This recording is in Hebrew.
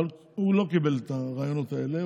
אבל הוא לא קיבל את הרעיונות האלה,